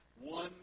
one